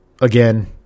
Again